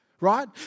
right